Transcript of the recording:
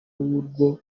w’urwo